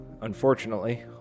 unfortunately